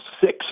six